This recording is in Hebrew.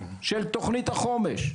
של תכנית החומש?